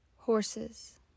Horses